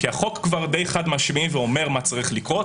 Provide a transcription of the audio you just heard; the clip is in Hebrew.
החוק כבר די חד-משמעי ואומר מה צריך לקרות.